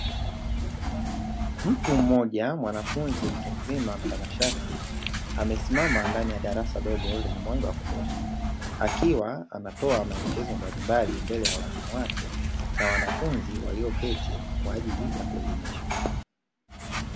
Mtu mmoja mwanafunzi mtu mzima mtanashati, amesimama ndani ya darasa dogo lenye mwanga wa kutosha akiwa anatoa maelekezo mbalimbali mbele ya walimu wake na wanafunzi walioketi kwa ajili ya kuelimishwa.